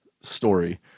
story